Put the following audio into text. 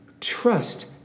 Trust